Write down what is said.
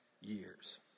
years